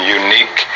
unique